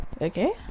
Okay